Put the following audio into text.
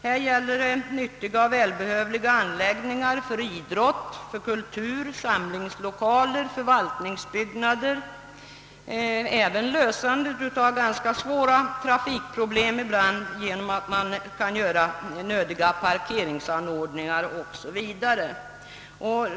Här gäller det nyttiga och välbehövliga anläggningar för idrott och kultur, det gäller samlingslokaler och förvaltningsbyggnader och ibland även lösande av ganska svåra trafikproblem genom att man kan göra nödiga parkeringsanordningar o. s. v.